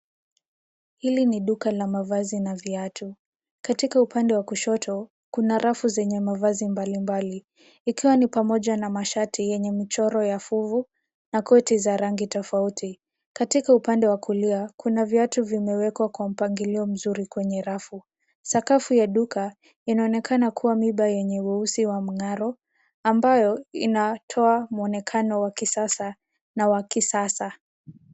Hili ni duka la mavazi na viatu. Katika upande wa kushoto, kuna rafu zenye mavazi mbali mbali, ikiwa ni pamoja na mashati yenye mchoro ya fuvu na koti za rangi tafauti. Katika upande wa kulia, kuna viatu vimewekwa kwa mpangilio mzuri kwenye rafu. Sakafu ya duka inaonekana kuwa miba yenye weusi wa mngaro, ambayo inatoa mwonekana wakisasa na wakisasa.